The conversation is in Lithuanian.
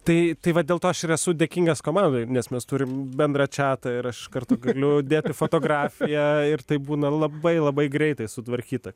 tai tai va dėl to aš ir esu dėkingas komandai nes mes turim bendrą čiatą ir aš iš karto galiu dėti fotografiją ir tai būna labai labai greitai sutvarkyta